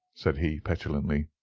said he, petulantly.